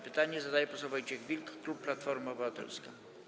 Pytanie zadaje poseł Wojciech Wilk, klub Platforma Obywatelska.